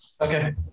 Okay